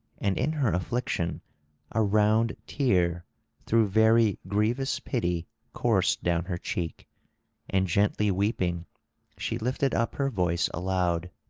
and in her affliction a round tear through very grievous pity coursed down her cheek and gently weeping she lifted up her voice aloud